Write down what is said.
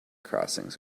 crossings